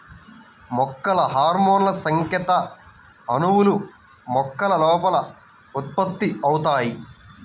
మొక్కల హార్మోన్లుసంకేత అణువులు, మొక్కల లోపల ఉత్పత్తి అవుతాయి